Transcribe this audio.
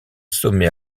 sommet